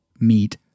meet